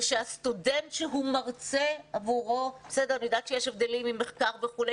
ושהסטודנט שהוא מרצה עבורו אני יודעת שיש הבדלים עם מחקר וכו',